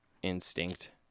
instinct